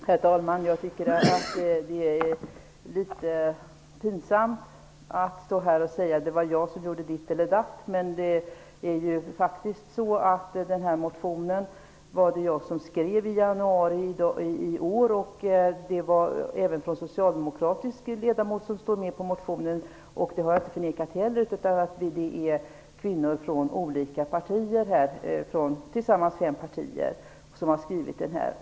Herr talman! Jag tycker att det är litet pinsamt att stå här och säga att det var jag som gjorde ditt eller datt, men det var ju faktiskt jag som skrev motionen i januari i år. Att även en socialdemokratisk ledamot stod med på motionen har jag inte förnekat. Kvinnor från fem partier har skrivit under.